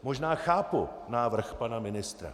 Možná chápu návrh pana ministra.